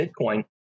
Bitcoin